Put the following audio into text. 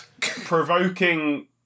Provoking